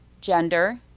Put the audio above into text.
gender,